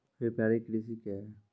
व्यापारिक कृषि क्या हैं?